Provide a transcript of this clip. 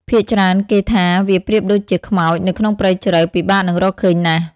ភាគច្រើនគេថា វាប្រៀបដូចជា "ខ្មោច" នៅក្នុងព្រៃជ្រៅ ពិបាកនឹងរកឃើញណាស់។